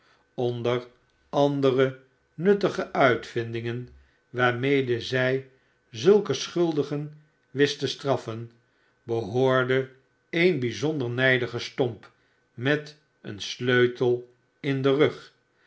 onder andere nuttige uitvinhet huisgezin van joe willet dingen waarmede zij zulke schuldigen wist te straffen behoorde een bijzonder nijdige stomp met een sleutel in den rug